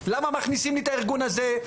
למה מכניסים לי את הארגון הזה,